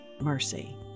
mercy